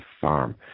farm